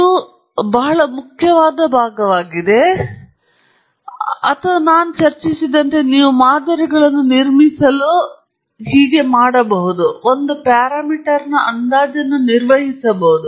ಇದು ಬಹಳ ಮುಖ್ಯವಾದ ಭಾಗವಾಗಿದೆ ಅಥವಾ ನಾನು ಚರ್ಚಿಸಿದಂತೆ ಅಥವಾ ನೀವು ಮಾದರಿಗಳನ್ನು ನಿರ್ಮಿಸಲು ಮತ್ತು ಹೀಗೆ ಮಾಡಬಹುದು ಎಂದು ನೀವು ಪ್ಯಾರಾಮೀಟರ್ ಅಂದಾಜನ್ನು ನಿರ್ವಹಿಸಬಹುದು